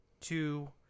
two